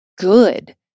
good